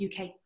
UK